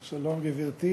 שלום, גברתי